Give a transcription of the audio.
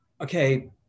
okay